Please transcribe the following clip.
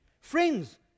friends